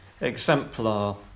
exemplar